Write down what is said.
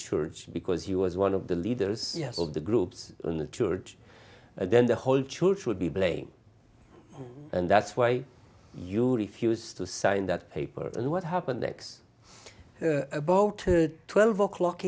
church because he was one of the leaders of the groups in the church then the whole church would be playing and that's why you refused to sign that paper and what happened next boat twelve o'clock